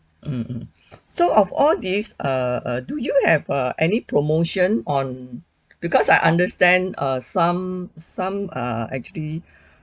mmhmm so of all these err err do you have err any promotion on because I understand err some some are actually